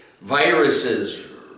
viruses